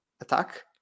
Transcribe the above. attack